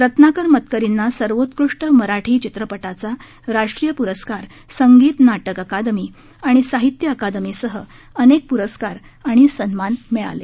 रत्नाकर मतकरींना सर्वोत्कृष्ट मराठी चित्रपटाचा राष्ट्रीय पुरस्कार संगीत नाटक अकादमी आणि साहित्य अकादमी सह अनेक पुरस्कार आणि सन्मान मिळाले